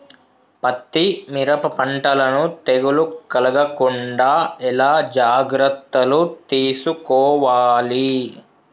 పత్తి మిరప పంటలను తెగులు కలగకుండా ఎలా జాగ్రత్తలు తీసుకోవాలి?